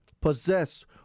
possess